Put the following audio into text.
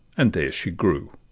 and there she grew.